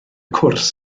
cwrs